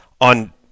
on